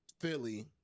Philly